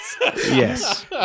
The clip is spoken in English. Yes